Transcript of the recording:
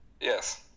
Yes